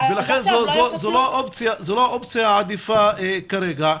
לכן זו לא אופציה עדיפה כרגע.